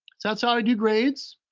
that's how i do grades.